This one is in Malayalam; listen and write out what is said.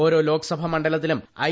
ഓരോ ലോക്സഭാ മണ്ഡലത്തിലും ഐ